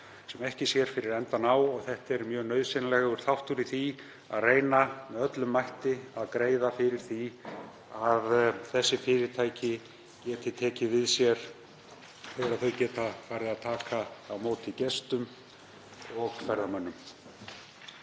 sem ekki sér fyrir endann á. Þetta er mjög nauðsynlegur þáttur í því að reyna af öllum mætti að greiða fyrir því að þessi fyrirtæki geti tekið við sér þegar þau geta farið að taka á móti ferðamönnum